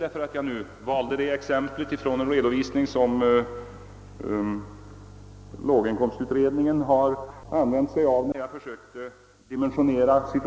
Men när jag valde exemplet med 10 000 kronors inkomst från en redovisning som låg inkomstutredningen använt, ville jag bara på detta sätt dimensionera problemet.